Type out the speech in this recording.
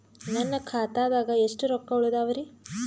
ನನ್ನ ಖಾತಾದಾಗ ಎಷ್ಟ ರೊಕ್ಕ ಉಳದಾವರಿ?